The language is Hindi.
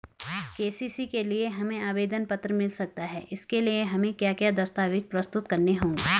के.सी.सी के लिए हमें आवेदन पत्र मिल सकता है इसके लिए हमें क्या क्या दस्तावेज़ प्रस्तुत करने होंगे?